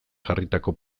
jarritako